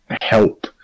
help